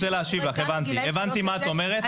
ולכן אין צורך להשאיר פטור משימוש חריג גם בגילאי שלוש עד שש.